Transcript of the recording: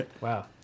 Wow